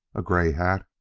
a gray hat,